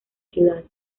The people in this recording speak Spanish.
ciudad